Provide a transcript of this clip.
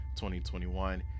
2021